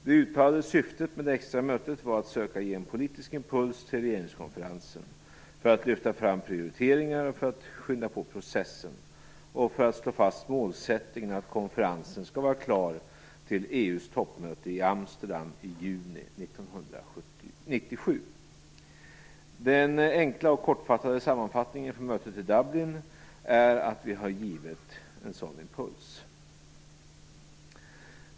Det uttalade syftet med det extra mötet var att söka ge en politisk impuls till regeringskonferensen för att lyfta fram prioriteringar och för att skynda på processen, och för att slå fast målsättningen att konferensen skall vara klar till EU:s toppmöte i Amsterdam i juni 1997. Den enkla och kortfattade sammanfattningen från mötet i Dublin är att vi har givit en sådan impuls.